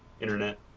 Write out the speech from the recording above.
Internet